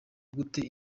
gute